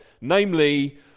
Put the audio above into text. namely